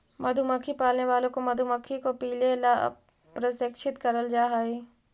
मधुमक्खी पालने वालों को मधुमक्खी को पीले ला प्रशिक्षित करल जा हई